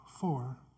four